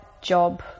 job